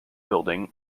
building